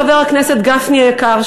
חבר הכנסת גפני היקר,